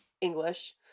english